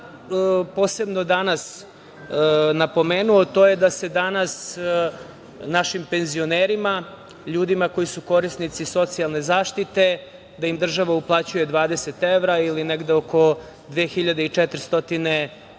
posebno danas napomenuo to je da se danas našim penzionerima, ljudima koji su korisnici socijalne zaštite, da im država uplaćuje 20 evra ili negde oko 2.400 dinara